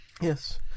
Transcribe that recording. Yes